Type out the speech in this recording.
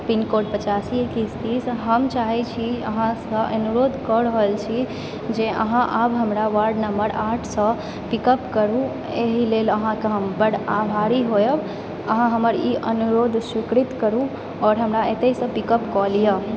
pincode पचासी एकैस तीस हम चाहैत छी अहाँसँ अनुरोध कऽ रहल छी जे अहाँ आब हमरा वार्ड नम्बर आठसँ पिकअप करु एहिलेल अहाँकऽ हम बड्ड आभारी होयब अहाँ हमर ई अनुरोध स्वीकृत करु आओर हमरा एतयसँ पिकअप कऽ लिअ